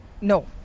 No